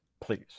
please